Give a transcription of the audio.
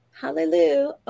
Hallelujah